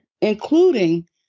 including